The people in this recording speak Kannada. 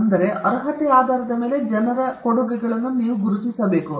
ಆದ್ದರಿಂದ ಅರ್ಹತೆಯ ಆಧಾರದ ಮೇಲೆ ಜನರ ಕೊಡುಗೆಗಳನ್ನು ನೀವು ಗುರುತಿಸಬೇಕು